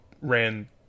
ran